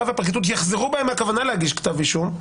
והפרקליטות יחזרו בהם מהכוונה להגיש כתב אישום,